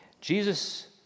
Jesus